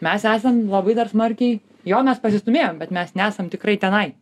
mes esam labai dar smarkiai jo mes pasistūmėjom bet mes nesam tikrai tenai